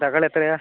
തക്കാളി എത്രയാണ്